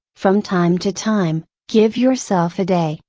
from time to time, give yourself a day,